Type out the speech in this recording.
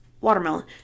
Watermelon